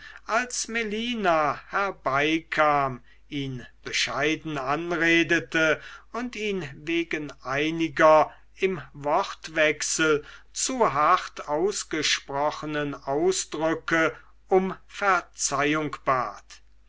als melina herbeikam ihn bescheiden anredete und ihn wegen einiger im wortwechsel zu hart ausgesprochenen ausdrücke um verzeihung bat